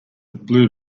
blue